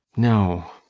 no,